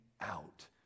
out